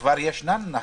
וכבר ישנן החלטות,